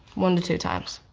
one to two times.